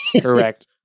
Correct